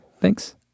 Thanks